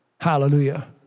Hallelujah